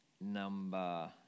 number